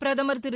பிரதமா் திரு